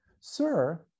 Sir